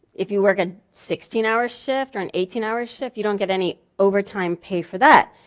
if you work a sixteen hour shift or an eighteen hour shift, you don't get any overtime pay for that.